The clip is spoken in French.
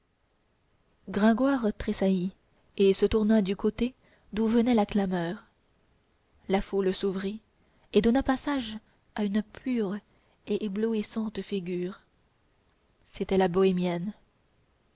gringoire tressaillit et se tourna du côté d'où venait la clameur la foule s'ouvrit et donna passage à une pure et éblouissante figure c'était la bohémienne